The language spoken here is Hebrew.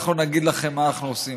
אנחנו נגיד לכם מה אנחנו עושים.